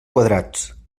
quadrats